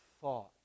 thought